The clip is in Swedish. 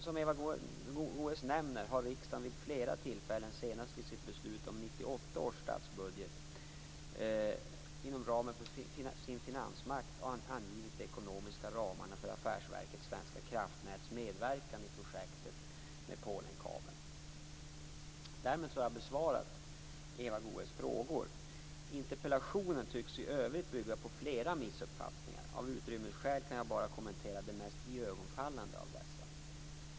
Som Eva Goës nämner har riksdagen vid flera tillfällen, senast i sitt beslut om 1998 års statsbudget Därmed har jag besvarat Eva Goës frågor. Interpellationen tycks i övrigt bygga på flera missuppfattningar. Av utrymmesskäl kan jag bara kommentera de mest iögonenfallande av dessa.